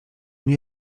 nie